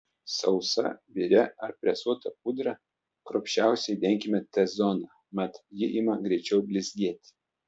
sausa biria ar presuota pudra kruopščiausiai denkime t zoną mat ji ima greičiau blizgėti